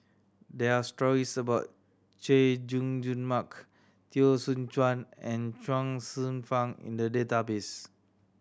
there are stories about Chay Jung Jun Mark Teo Soon Chuan and Chuang Hsueh Fang in the database